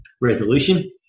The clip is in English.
resolution